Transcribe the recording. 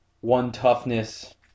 one-toughness